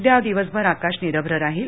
उद्या दिवसभर आकाश निरभ्र राहील